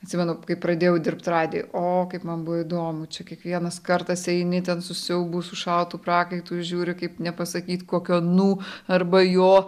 atsimenu kai pradėjau dirbt radijuj o kaip man buvo įdomu čia kiekvienas kartas eini ten su siaubu su šaltu prakaitu žiūri kaip nepasakyt kokio nu arba jo